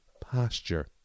posture